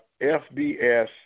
FBS